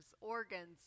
organs